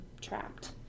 trapped